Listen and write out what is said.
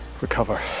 recover